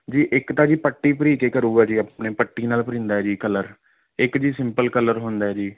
ਜੀ ਇੱਕ ਤਾਂ ਜੀ ਪੱਟੀ ਭਰੀ 'ਤੇ ਕਰੇਗਾ ਜੀ ਆਪਣੇ ਪੱਟੀ ਨਾਲ ਭਰੀਂਦਾ ਜੀ ਕਲਰ ਇੱਕ ਜੀ ਸਿੰਪਲ ਕਲਰ ਹੁੰਦਾ ਜੀ